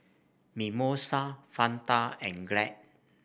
Mimosa Fanta and Glad